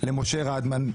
למשה רדמן,